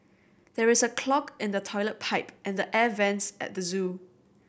there is a clog in the toilet pipe and the air vents at the zoo